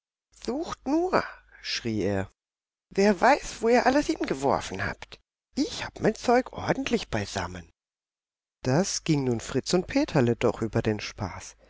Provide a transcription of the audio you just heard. sucht nur schrie er wer weiß wo ihr alles hingeworfen habt ich hab mein zeug ordentlich beisammen das ging nun fritz und peterle doch über den spaß